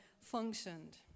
functioned